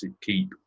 keep